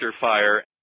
fire